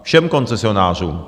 Všem koncesionářům.